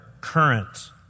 current